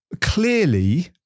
clearly